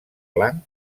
blanc